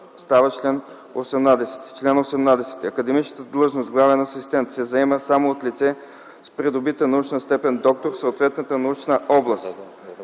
става 18: „Чл. 18. (1) Академичната длъжност „главен асистент” се заема само от лице, с придобита научна степен „доктор” в съответната научна област.